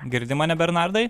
girdi mane bernardai